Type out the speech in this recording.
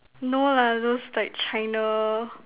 no lah those like China